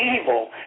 evil